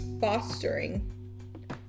fostering